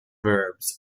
verbs